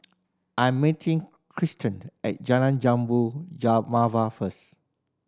I'm meeting Kiersten at Jalan Jambu Mawar first